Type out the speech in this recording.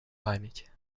память